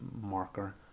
marker